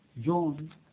John